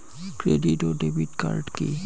David ও credit card কি?